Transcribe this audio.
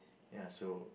ya so